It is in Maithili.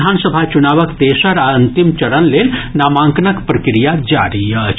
विधानसभा चुनावक तेसर आ अंतिम चरण लेल नामांकनक प्रक्रिया जारी अछि